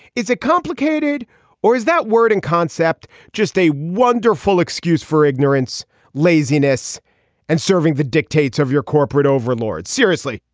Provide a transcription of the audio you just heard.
is it complicated or is that word and concept just a wonderful excuse for ignorance laziness and serving the dictates of your corporate overlords seriously.